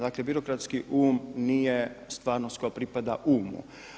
Dakle, birokratski um nije stvarnost koja pripada umu.